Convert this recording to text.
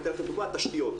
אבל אתן לכם דוגמה תשתיות.